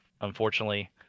unfortunately